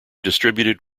distributed